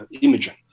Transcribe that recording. imaging